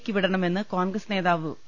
ക്ക് വിടണമെന്ന് കോൺഗ്രസ് നേതാവ് വി